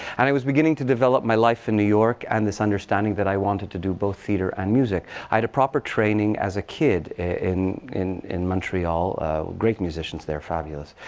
and i was beginning to develop my life in new york and this understanding that i wanted to do both theater and music. i had a proper training, as a kid in in montreal great musicians there, fabulous.